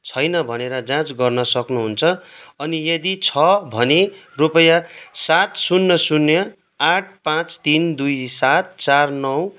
छैन भनेर जाँच गर्न सक्नुहुन्छ अनि यदि छ भने रुपियाँ सात शून्य शून्य आठ पाँच तिन दुई सात चार नौ